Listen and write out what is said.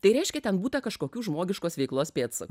tai reiškia ten būta kažkokių žmogiškos veiklos pėdsakų